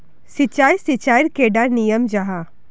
सिंचाई सिंचाईर कैडा नियम जाहा?